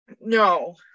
No